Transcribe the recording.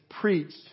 preached